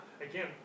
again